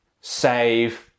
save